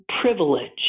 privilege